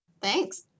Thanks